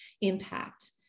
impact